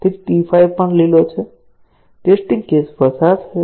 તેથી ટી 5 પણ લીલો છે ટેસ્ટીંગ કેસ પસાર થયો